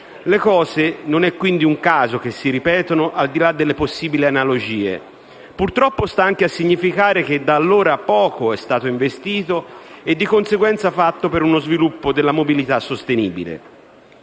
Le cose non è quindi a caso che si ripetano, al di là delle possibili analogie; purtroppo ciò sta anche a significare che da allora poco è stato investito - e di conseguenza fatto - per uno sviluppo della mobilità sostenibile.